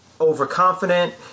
overconfident